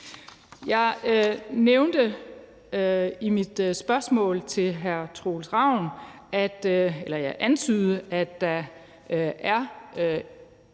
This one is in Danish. Jeg antydede i mit spørgsmål til hr. Troels Ravn, at der er en